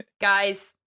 guys